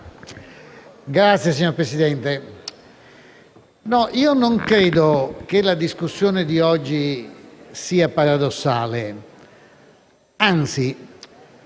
PLI))*. Signora Presidente, non credo che la discussione di oggi sia paradossale. Anzi